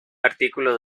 artículo